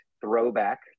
throwback